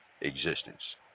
existence